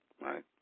Right